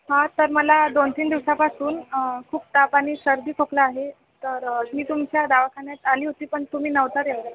हा तर मला दोन तीन दिवसापासून खूप ताप आणि सर्दी खोकला आहे तर मी तुमच्या दवाखान्यात आली होती पण तुम्ही नव्हता तेव्हा